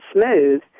smooth